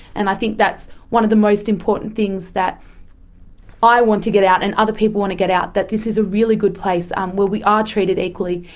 and i think that's one of the most important things that i want to get out and other people want to get out, that this is a really good place um where we are treated equally,